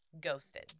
ghosted